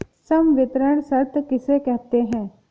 संवितरण शर्त किसे कहते हैं?